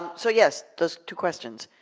so yes, those two questions.